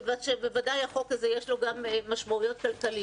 כיוון שלחוק הזה יש גם משמעויות כלכליות,